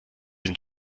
sind